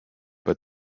but